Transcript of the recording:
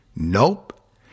Nope